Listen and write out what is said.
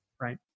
Right